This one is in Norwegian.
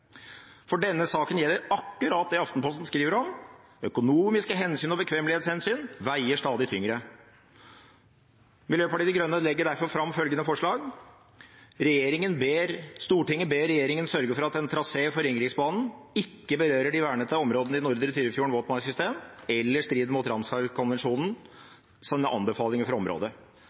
For denne saken gjelder akkurat det Aftenposten skriver om: Økonomiske hensyn og bekvemmelighetshensyn veier stadig tyngre. Miljøpartiet De Grønne legger derfor fram følgende forslag: «Stortinget ber regjeringen sørge for at trasé for Ringeriksbanen ikke berører de vernede våtmarksområdene i Nordre Tyrifjorden våtmarkssystem eller strider mot